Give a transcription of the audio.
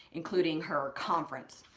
including her conference.